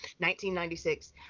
1996